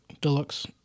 Deluxe